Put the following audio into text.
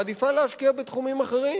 מעדיפה להשקיע בתחומים אחרים,